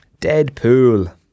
Deadpool